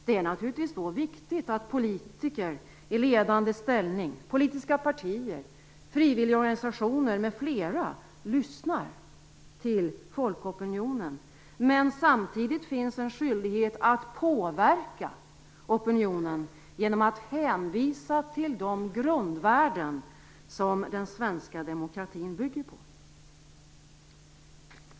Det är naturligtvis då viktigt att politiker i ledande ställning, politiska partier, frivilligorganisationer m.fl. lyssnar till folkopinionen. Men samtidigt finns en skyldighet att påverka opinionen genom att hänvisa till de grundvärden som den svenska demokratin bygger på.